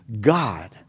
God